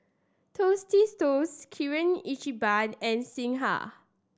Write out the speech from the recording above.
Tostitos Kirin Ichiban and Singha